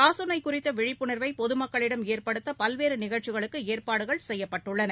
காச்நோய் குறித்த விழிப்புணா்வை பொதுமக்களிடம் ஏற்படுத்த பல்வேறு நிகழ்ச்சிகளுக்கு ஏற்பாடுகள் செய்யப்பட்டுள்ளன